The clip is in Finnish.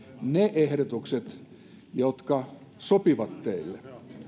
ne ehdotukset jotka sopivat teille